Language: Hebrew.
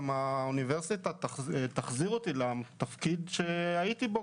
האוניברסיטה תחזיר אותי לתפקיד שהייתי בו,